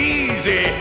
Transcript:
easy